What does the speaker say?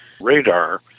radar